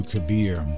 Kabir